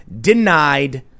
Denied